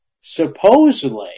supposedly